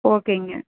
ஓகேங்க